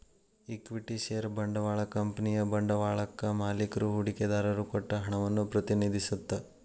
equity share ಬಂಡವಾಳ ಕಂಪನಿಯ ಬಂಡವಾಳಕ್ಕಾ ಮಾಲಿಕ್ರು ಹೂಡಿಕೆದಾರರು ಕೊಟ್ಟ ಹಣವನ್ನ ಪ್ರತಿನಿಧಿಸತ್ತ